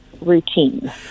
routine